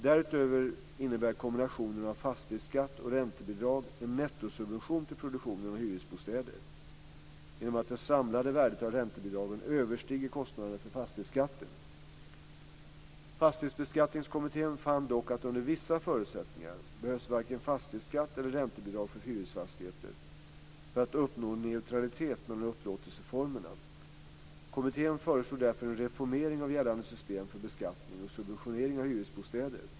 Därutöver innebär kombinationen av fastighetsskatt och räntebidrag en nettosubvention till produktionen av hyresbostäder genom att det samlade värdet av räntebidragen överstiger kostnaderna för fastighetsskatten. Fastighetsbeskattningskommittén fann dock att under vissa förutsättningar behövs varken fastighetsskatt eller räntebidrag för hyresfastigheter för att uppnå neutralitet mellan upplåtelseformerna. Kommittén föreslog därför en reformering av gällande system för beskattning och subventionering av hyresbostäder.